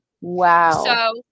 Wow